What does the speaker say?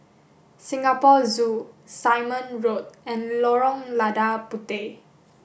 Singapore Zoo Simon Road and Lorong Lada Puteh